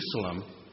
Jerusalem